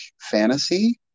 fantasy